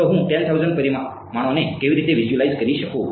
તો હું 10000 પરિમાણોને કેવી રીતે વિઝ્યુઅલાઈઝ કરી શકું